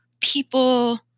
people